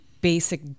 basic